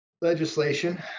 legislation